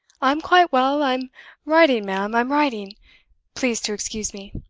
i'm quite well i'm writing, ma'am, i'm writing please to excuse me.